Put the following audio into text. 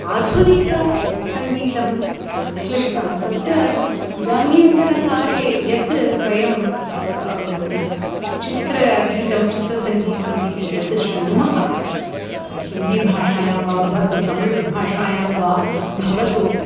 आधुनिकसङ्गीतं क्लिष्टं तत्र इदानीन्तनकाले यत् वयं चित्रगीतं चित्रसङ्गीतम् इति यत् शृणुमः हिन्दिभाषायां वा भवतु तमिळ्भाषायां वा भवतु